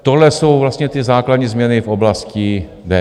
Tohle jsou vlastně ty základní změny v oblasti DPH.